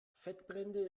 fettbrände